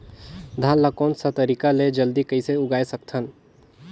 धान ला कोन सा तरीका ले जल्दी कइसे उगाय सकथन?